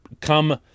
come